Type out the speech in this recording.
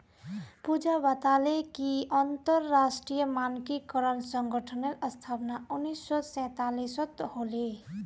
पूजा बताले कि अंतरराष्ट्रीय मानकीकरण संगठनेर स्थापना उन्नीस सौ सैतालीसत होले